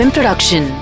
Production